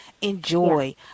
Enjoy